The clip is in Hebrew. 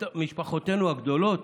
משפחותינו הגדולות